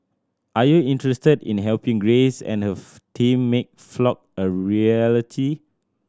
are you interested in helping Grace and her team make Flock a reality